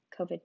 COVID